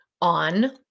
on